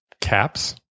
Caps